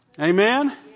Amen